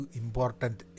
important